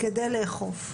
כדי לאכוף.